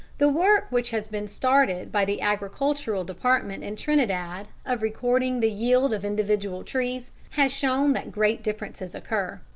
the work which has been started by the agricultural department in trinidad of recording the yield of individual trees has shown that great differences occur.